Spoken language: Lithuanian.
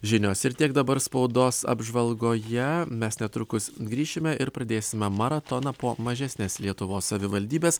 žinios ir tiek dabar spaudos apžvalgoje mes netrukus grįšime ir pradėsime maratoną po mažesnes lietuvos savivaldybes